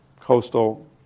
coastal